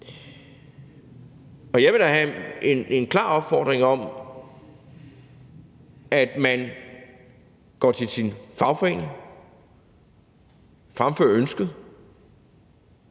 og jeg vil da have en klar opfordring om, at man går til sin fagforening og fremfører ønsket,